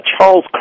Charles